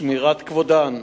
שמירת כבודן,